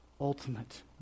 Ultimate